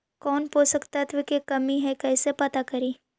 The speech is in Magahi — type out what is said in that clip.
कौन पोषक तत्ब के कमी है कैसे पता करि?